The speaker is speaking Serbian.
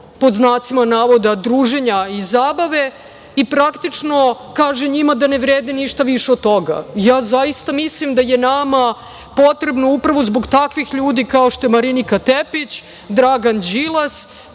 sve zaposlene preko “druženja i zabave“ i praktično kaže njima da ne vrede ništa više od toga. Zaista mislim da je nama potrebno upravo zbog takvih ljudi kao što je Marinika Tečić, Dragan Đilas,